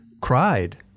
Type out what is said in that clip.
cried